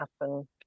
happen